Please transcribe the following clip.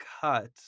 cut